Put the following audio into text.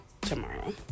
tomorrow